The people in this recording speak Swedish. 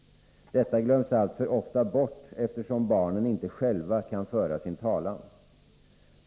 Detta glöms alltför ofta bort eftersom barnen inte själva kan föra sin talan.